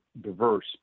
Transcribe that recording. diverse